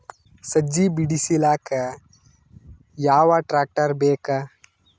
ಸಜ್ಜಿ ಬಿಡಿಸಿಲಕ ಯಾವ ಟ್ರಾಕ್ಟರ್ ಬೇಕ?